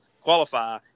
qualify